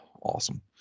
awesome